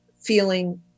feeling